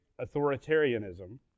authoritarianism